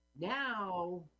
now